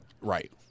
Right